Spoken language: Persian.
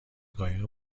قایق